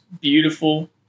beautiful